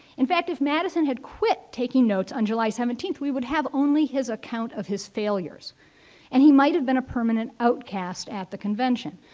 in fact, if madison had quit taking taking notes on july seventeenth, we would have only his account of his failures and he might have been a permanent outcast at the convention.